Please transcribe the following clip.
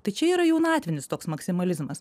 tai čia yra jaunatvinis toks maksimalizmas